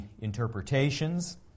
interpretations